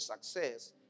success